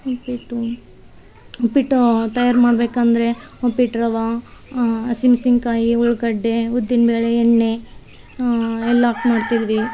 ಉಪ್ಪಿಟ್ಟು ಉಪ್ಪಿಟ್ಟು ತಯಾರು ಮಾಡಬೇಕಂದ್ರೆ ಉಪ್ಪಿಟ್ಟು ರವೆ ಹಸಿಮೆಣ್ಶಿನ್ಕಾಯ್ ಉಳ್ಳಾಗಡ್ಡೆ ಉದ್ದಿನ ಬೇಳೆ ಎಣ್ಣೆ ಎಲ್ಲ ಮಾಡ್ತಿದ್ವಿ